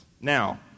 Now